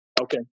Okay